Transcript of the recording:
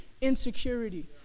insecurity